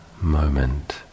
moment